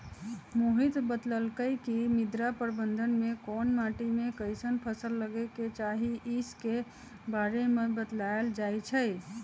मोहित बतलकई कि मृदा प्रबंधन में कोन माटी में कईसन फसल लगे के चाहि ई स के बारे में बतलाएल जाई छई